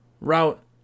route